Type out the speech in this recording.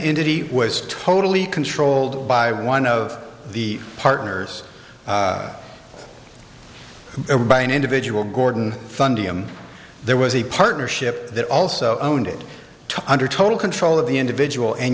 he was totally controlled by one of the partners or by an individual gordon fundi m there was a partnership that also owned it under total control of the individual and